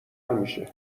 میشه